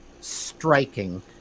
striking